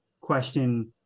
question